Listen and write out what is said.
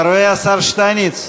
אתה רואה, השר שטייניץ,